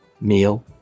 meal